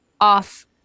off